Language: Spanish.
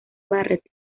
barrett